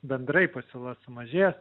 bendrai pasiūla sumažės